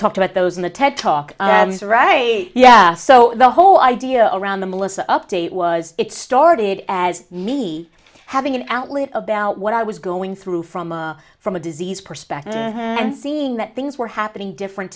talked about those in the ted talk a yeah so the whole idea around the melissa update was it started as me having an outlet about what i was going through from a from a disease perspective and seeing that things were happening different